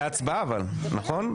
אבל זאת הצבעה, נכון?